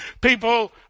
people